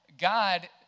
God